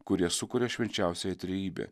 kurie sukuria švenčiausiąją trejybę